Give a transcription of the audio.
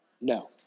No